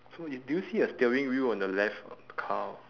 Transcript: so is do you see a steering wheel on the left car